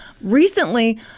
Recently